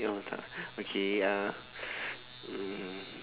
oh tak okay uh mm